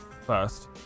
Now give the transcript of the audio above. first